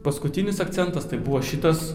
paskutinis akcentas tai buvo šitas